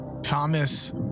Thomas